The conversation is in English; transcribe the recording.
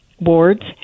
boards